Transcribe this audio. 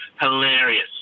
hilarious